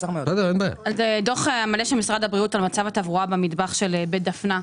על מצב התברואה במטבח של בית דפנה,